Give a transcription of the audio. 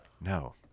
no